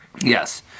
Yes